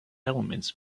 elements